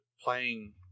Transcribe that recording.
playing